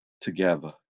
together